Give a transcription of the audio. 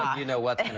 you know what it